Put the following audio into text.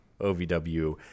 OVW